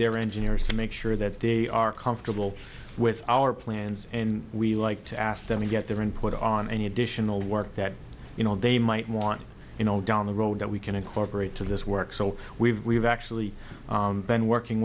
their engineers to make sure that they are comfortable with our plans and we like to ask them to get their input on any additional work that you know they might want you know down the road that we can incorporate to this work so we've we've actually been working